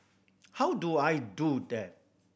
how do I do that